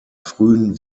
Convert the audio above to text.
frühen